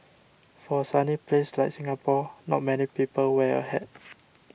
for a sunny place like Singapore not many people wear a hat